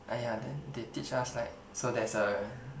(aiya) they they teach us like so there's a